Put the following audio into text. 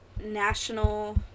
National